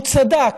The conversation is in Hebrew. והוא צדק